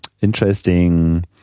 interesting